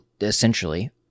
essentially